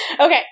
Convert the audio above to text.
Okay